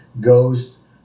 goes